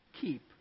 keep